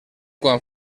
quan